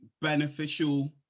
beneficial